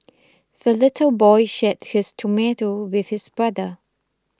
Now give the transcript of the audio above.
the little boy shared his tomato with his brother